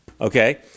Okay